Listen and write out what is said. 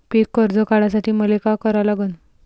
पिक कर्ज काढासाठी मले का करा लागन?